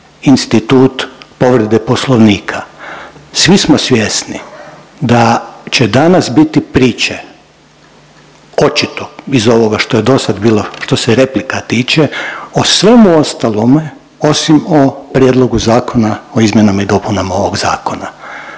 institut povrede Poslovnika. Svi smo svjesni da će danas biti priče očito iz ovog što je dosad bilo, što se replika tiče, o svemu ostalome osim o prijedlogu zakona o izmjenama i dopunama ovog zakona.